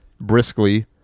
briskly